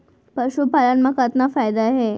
पशुपालन मा कतना फायदा हे?